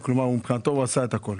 שמבחינתו עשה את הכול.